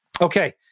Okay